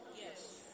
Yes